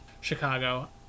Chicago